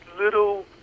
little